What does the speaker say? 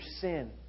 sin